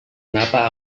kenapa